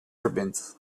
verbindt